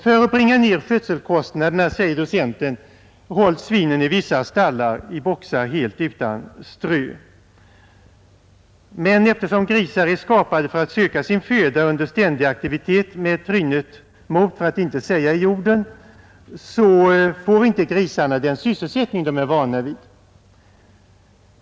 ”För att bringa ner skötselkostnaderna” — säger docent Ekesbo — ”hålls svinen i vissa stallar i boxar helt utan strö”. Men eftersom grisar är ”skapade för att söka sin föda under ständig aktivitet med trynet mot för att inte säga i jorden”, får de inte den sysselsättning de är vana vid.